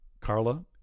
Carla